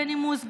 בנימוס,